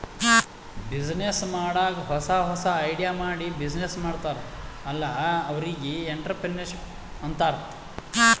business ಮಾಡಾಗ್ ಹೊಸಾ ಹೊಸಾ ಐಡಿಯಾ ಮಾಡಿ ಬಿಸಿನ್ನೆಸ್ ಮಾಡ್ತಾರ್ ಅಲ್ಲಾ ಅವ್ರಿಗ್ ಎಂಟ್ರರ್ಪ್ರಿನರ್ಶಿಪ್ ಅಂತಾರ್